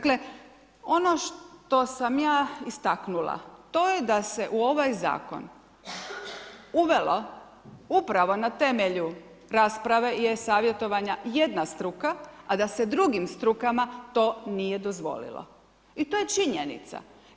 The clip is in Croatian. Kolega Ćeliću, ono što sam ja istaknula, to je da seu ovaj zakon, uvelo upravo na temelju rasprave i e-savjetovanja jedna struka, a da se drugim strukama to nije dozvolilo i to je činjenica.